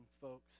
folks